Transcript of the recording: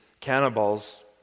cannibals